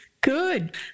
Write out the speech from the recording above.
Good